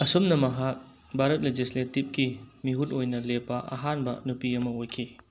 ꯑꯁꯨꯝꯅ ꯃꯍꯥꯛ ꯚꯥꯔꯠ ꯂꯦꯖꯤꯁꯂꯦꯇꯤꯕꯀꯤ ꯃꯤꯍꯨꯠ ꯑꯣꯏꯅ ꯂꯦꯞꯄ ꯑꯍꯥꯟꯕ ꯅꯨꯄꯤ ꯑꯃ ꯑꯣꯏꯈꯤ